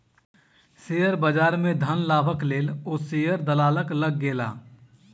share बजार में धन लाभक लेल ओ शेयर दलालक लग गेला